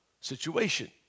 situation